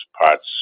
parts